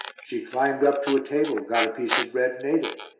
she climbed up to a table, got a piece of bread and ate it.